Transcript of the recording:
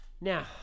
Now